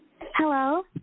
Hello